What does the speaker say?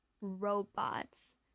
robots